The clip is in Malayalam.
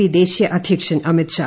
പി ദേശീയ അദ്ധ്യക്ഷൻ അമിത്ഷാ